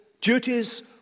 duties